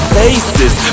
faces